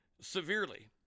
severely